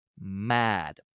mad